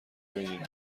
بگیرم